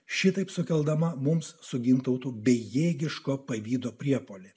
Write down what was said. šitaip sukeldama mums su gintautu bejėgiško pavydo priepuolį